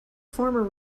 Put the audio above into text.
former